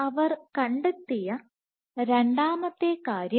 അവർ കണ്ടെത്തിയ രണ്ടാമത്തെ കാര്യം